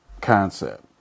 concept